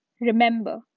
remember